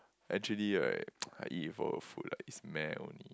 actually right I before the food lah it's meh only